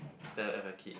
they have a kid